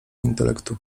intelektu